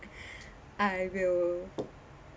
I will